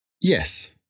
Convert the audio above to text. Yes